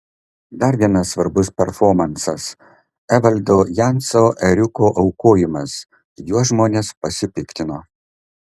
dar vienas svarbus performansas evaldo janso ėriuko aukojimas juo žmonės pasipiktino